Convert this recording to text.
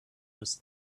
was